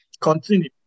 Continue